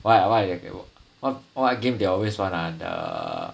why what is that word wha~ what game they always one ah the